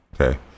Okay